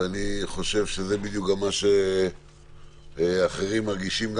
ואני חושב שזה גם מה שאחרים מרגישים.